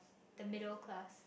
the middle class